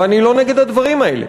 ואני לא נגד הדברים האלה.